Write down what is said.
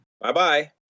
Bye-bye